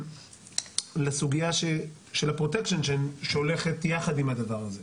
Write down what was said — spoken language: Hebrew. לסוגיה של הפרוטקשן שהולכת יחד עם הדבר הזה,